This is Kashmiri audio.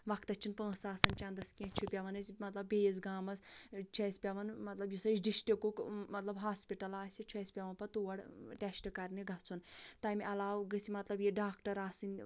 وقتَس چھِنہٕ پۅنٛسہٕ آسان چنٛدَس کیٚنٛہہ پَتہٕ چھُ پٮ۪وان اَسہِ بیٚیِس گامَس چھُ اَسہِ پٮ۪وان مطلب یُس اَسہِ ڈِسٹرکُک مطلب ہاسپِٹل آسہِ چھُ اَسہِ پٮ۪وان پَتہٕ تور ٹٮ۪سٹہٕ کَرنہِ گژھُن تَمہِ علاوٕ گٔژھۍ مطلب یہِ ڈاکٹر آسٕنۍ